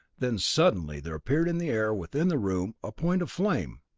then suddenly there appeared in the air within the room a point of flame.